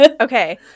Okay